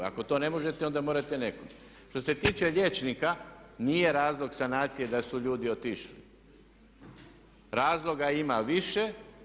Ako to ne možete onda morate … [[Ne razumije se.]] Što se tiče liječnika nije razlog sanacije da su ljudi otišli, razloga ima više.